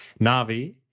Navi